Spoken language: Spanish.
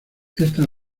esta